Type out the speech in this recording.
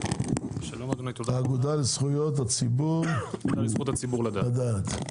האגודה לזכות הציבור לדעת.